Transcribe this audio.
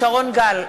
שרון גל,